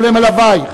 ולמלווייך,